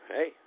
Hey